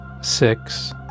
six